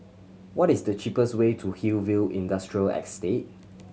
what is the cheapest way to Hillview Industrial Estate